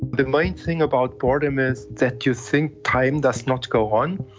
the main thing about boredom is that you think time does not go on.